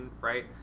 right